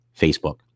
Facebook